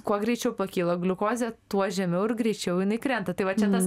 kuo greičiau pakyla gliukozė tuo žemiau ir greičiau jinai krenta tai va čia tas